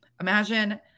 imagine